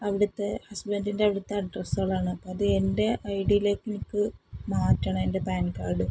അവിടുത്തെ ഹസ്ബൻറിൻ്റെ അവിടുത്തെ അഡ്രസ്സോകളാണ് അപ്പം അത് എൻ്റെ ഐ ഡിയിലേക്ക് എനിക്ക് മാറ്റണം എൻ്റെ പാൻ കാഡ്